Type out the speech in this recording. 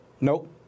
Nope